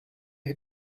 had